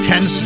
Ten